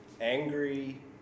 Angry